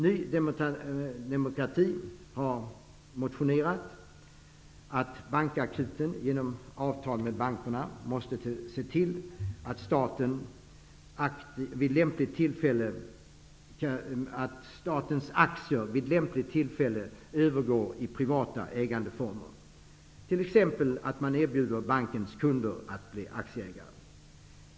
Ny demokrati har motionerat att bankakuten, genom avtalet med bankerna, måste se till att statens aktier vid lämpligt tillfälle övergår i privat ägandeform. T.ex. skall bankens kunder erbjudas att bli aktieägare.